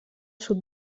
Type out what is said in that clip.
sud